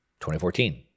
2014